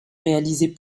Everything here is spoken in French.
réalisées